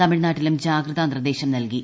തമിഴ് നാട്ടിലും ജാഗ്രതാ നിർദ്ദേശം നൽകി